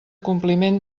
compliment